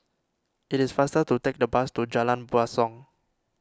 it is faster to take the bus to Jalan Basong